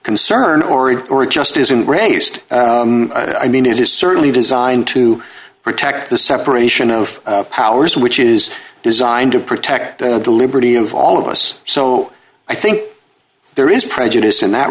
concern or it just isn't raised i mean it is certainly designed to protect the separation of powers which is designed to protect the liberty of all of us so i think there is prejudice in that